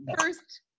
first